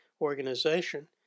organization